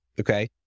Okay